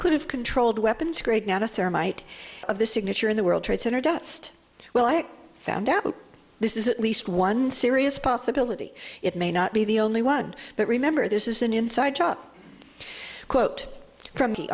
could have controlled weapons grade nano thermite of the signature in the world trade center dust well i found out this is at least one serious possibility it may not be the only one but remember this is an inside job quote from the